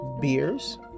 beers